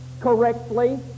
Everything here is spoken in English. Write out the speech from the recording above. correctly